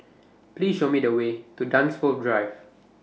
Please Show Me The Way to Dunsfold Drive